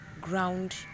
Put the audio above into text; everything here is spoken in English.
ground